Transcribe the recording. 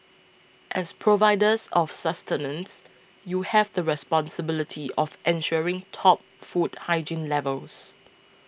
as providers of sustenance you have the responsibility of ensuring top food hygiene levels